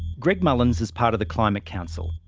greg mullins is part of the climate council.